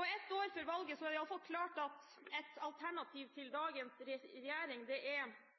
Ett år før valget er det i alle fall klart at et alternativ til dagens regjering er en eller annen form for koalisjon mellom Høyre og Fremskrittspartiet, det